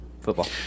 football